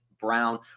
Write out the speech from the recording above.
Brown